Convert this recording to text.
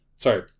Sorry